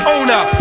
Owner